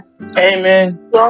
Amen